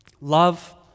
Love